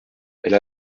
elle